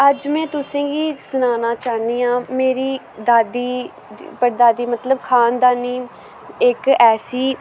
अज्ज मैं तुसें गी सनाना चाह्न्नी आं मेरी दादी पड़दादी मतलव खान दानी इक ऐसी